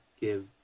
give